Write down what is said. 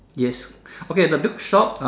yes okay the build shop